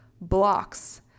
blocks